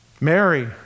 Mary